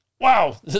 Wow